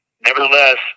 Nevertheless